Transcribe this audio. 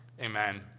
Amen